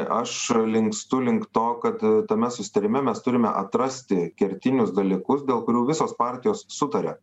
aš linkstu link to kad tame susitarime mes turime atrasti kertinius dalykus dėl kurių visos partijos sutaria